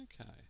Okay